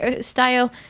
style